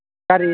गारि